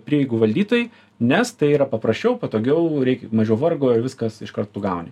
prieigų valdytojai nes tai yra paprasčiau patogiau reik mažiau vargo ir viskas iškart tu gauni